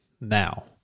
now